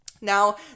Now